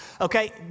Okay